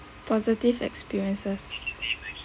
positive experiences